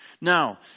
Now